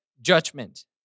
judgment